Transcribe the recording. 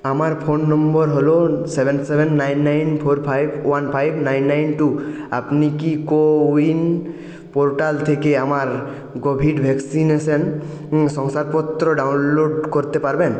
আমার ফোন নম্বর হল seven seven nine nine four five one five nine nine two আপনি কি কো উইন পোর্টাল থেকে আমার কোভিড ভ্যাকসিনেশন শংসাপত্র ডাউনলোড করতে পারবেন